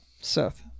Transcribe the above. Seth